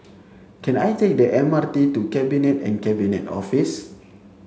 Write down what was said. can I take the M R T to Cabinet and Cabinet Office